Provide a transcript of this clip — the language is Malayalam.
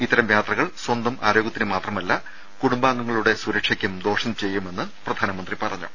ഇത്തരം യാത്രകൾ സ്വന്തം ആരോഗ്യത്തിന് മാത്രമല്ല കുടുംബാംഗങ്ങളുടെ സുരക്ഷയ്ക്കും ദോഷം ചെയ്യുമെന്ന് പ്രധാനമന്ത്രി പറ ഞ്ഞു